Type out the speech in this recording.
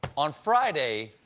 on friday,